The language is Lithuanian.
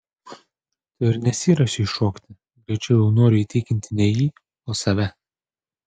tu ir nesiruošei šokti greičiau jau noriu įtikinti ne jį o save